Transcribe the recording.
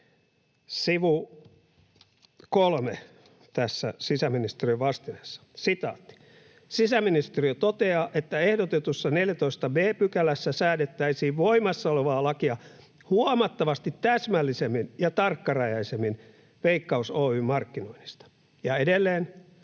Sivu 3 tässä sisäministeriön vastineessa: ”Sisäministeriö toteaa, että ehdotetussa 14 b §:ssä säädettäisiin voimassa olevaa lakia huomattavasti täsmällisemmin ja tarkkarajaisemmin Veikkaus Oy:n markkinoinnista.” Ja edelleen